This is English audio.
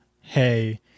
Hey